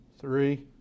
three